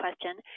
question